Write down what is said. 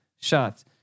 shots